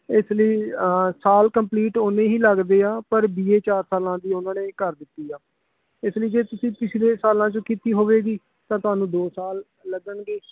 ਇਸ ਲਈ ਸਾਲ ਕੰਪਲੀਟ ਉੰਨੇ ਹੀ ਲੱਗਦੇ ਆ ਪਰ ਬੀ ਏ ਚਾਰ ਸਾਲਾਂ ਦੀ ਉਹਨਾਂ ਨੇ ਕਰ ਦਿੱਤੀ ਆ ਇਸ ਲਈ ਜੇ ਤੁਸੀਂ ਪਿਛਲੇ ਸਾਲਾਂ 'ਚ ਕੀਤੀ ਹੋਵੇਗੀ ਤਾਂ ਤੁਹਾਨੂੰ ਦੋ ਸਾਲ ਲੱਗਣਗੇ